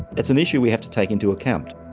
it's an issue we have to take into account.